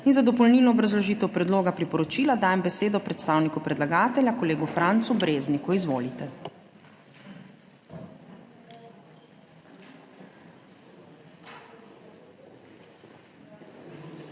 in za dopolnilno obrazložitev predloga zakona dajem besedo predstavniku predlagatelja, magistru Branku Grimsu. Izvolite.